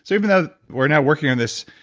so even though we're now working on this,